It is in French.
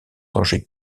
danger